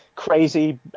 crazy